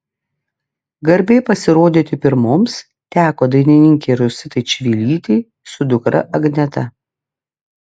garbė pasirodyti pirmoms teko dainininkei rositai čivilytei su dukra agneta